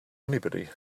anybody